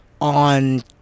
on